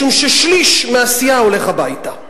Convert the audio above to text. משום ששליש מהסיעה הולך הביתה,